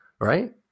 Right